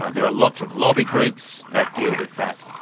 ah there are lots of lobby groups that deal with that,